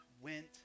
went